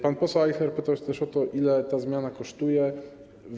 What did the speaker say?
Pan poseł Ajchler pytał też o to, ile ta zmiana kosztuje.